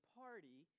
party